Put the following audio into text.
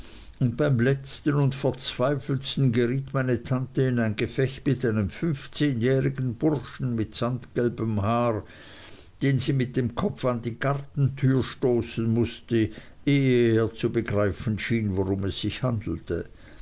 und beim letzten und verzweifeltsten geriet meine tante in ein gefecht mit einem fünfzehnjährigen burschen mit sandgelbem haar den sie mit dem kopf an die gartentür stoßen mußte ehe er zu begreifen schien worum es sich handelte